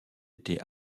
été